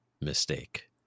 mistake